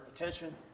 attention